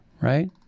Right